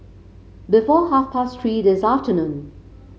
before half past Three this afternoon